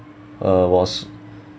uh was